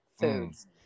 foods